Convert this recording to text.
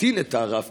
להטעין את הרב-קו,